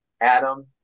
Adam